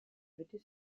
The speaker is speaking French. jeter